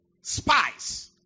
spies